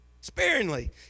sparingly